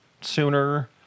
sooner